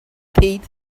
teeth